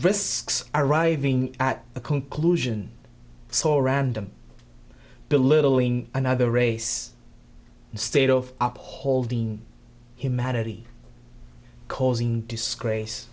risks arriving at a conclusion saw random belittling another race instead of up a holding humanity causing disgrace